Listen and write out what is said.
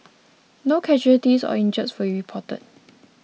no casualties or injuries were reported